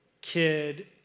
kid